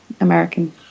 American